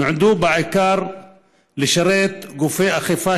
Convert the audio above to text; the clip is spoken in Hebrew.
נועדו בעיקר לשרת גופי אכיפה,